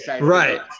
Right